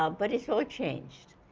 but it's all ah changed.